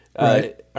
Right